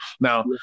Now